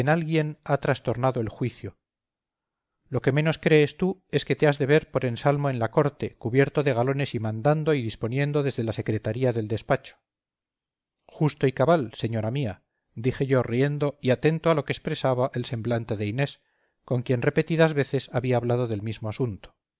alguien ha trastornado el juicio lo que menos crees tú es que te has de ver por ensalmo en la corte cubierto de galones y mandando y disponiendo desde la secretaría del despacho justo y cabal señora mía dije yo riendo y atento a lo que expresaba el semblante de inés con quien repetidas veces había hablado del mismo asunto